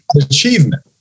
achievement